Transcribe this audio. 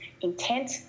intent